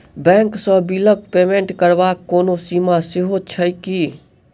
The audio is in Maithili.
बैंक सँ बिलक पेमेन्ट करबाक कोनो सीमा सेहो छैक की?